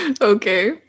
Okay